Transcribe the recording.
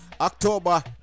October